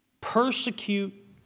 Persecute